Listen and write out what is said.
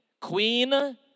Queen